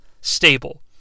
Stable